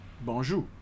bonjour